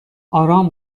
آرام